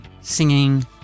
singing